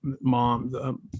mom